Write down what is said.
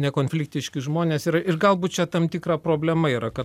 nekonfliktiški žmonės yra ir galbūt čia tam tikra problema yra kad